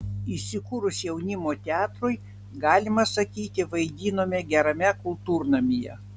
įsikūrus jaunimo teatrui galima sakyti vaidinome gerame kultūrnamyje